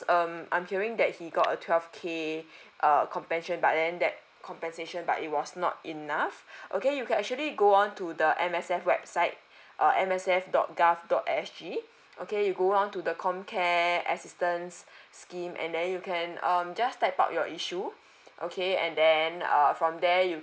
um I'm hearing that he got a twelve k err compassion but then that compensation but it was not enough okay you can actually go on to the M_S_F website uh M S F dot GOV dot S_G okay you go down to the comcare assistance scheme and then you can um just type out your issue okay and then uh from there you